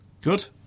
Good